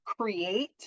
create